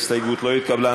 ההסתייגות לא התקבלה.